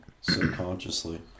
subconsciously